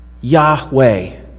Yahweh